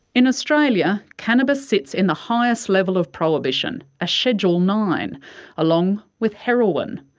in australia, cannabis sits in the highest level of prohibition a schedule nine along with heroin.